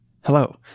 Hello